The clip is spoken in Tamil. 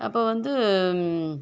அப்போ வந்து